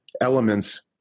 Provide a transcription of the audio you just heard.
elements